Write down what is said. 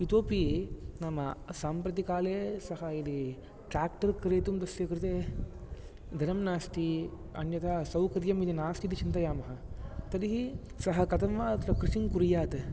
इतोऽपि नाम साम्प्रतिकाले सः यदि ट्रेक्टर् क्रेतुं तस्य कृते धनं नास्ति अन्यथा सौकर्यमिति नास्त्यिति चिन्तयामः तर्हि सः कथं वा अत्र कृषिं कुर्यात्